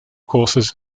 courses